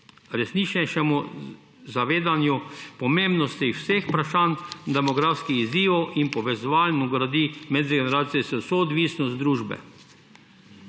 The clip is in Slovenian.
resničnejšemu zavedanju pomembnosti vseh vprašanj demografskih izzivov in povezovalno gradi medgeneracijsko soodvisnost družbe.